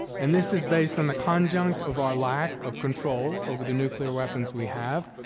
and this is based on the conjunct of our lack of control over the nuclear weapons we have,